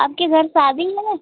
आपके घर शादी है